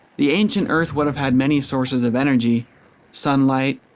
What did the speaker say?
the ancient earth would have had many sources of energy sunlight,